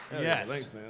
Yes